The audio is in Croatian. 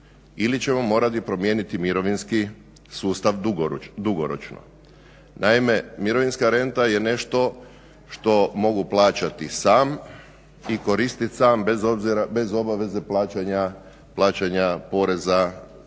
ili ćemo morati promijeniti mirovinski sustav dugoročno. Naime, mirovinska renta je nešto što mogu plaćati sam i koristit sam bez obaveze plaćanja poreza